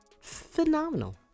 phenomenal